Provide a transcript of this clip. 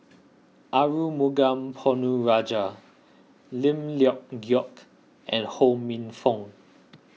Arumugam Ponnu Rajah Lim Leong Geok and Ho Minfong